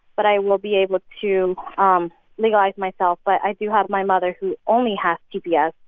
but i will be able to um legalize myself. but i do have my mother who only has tps.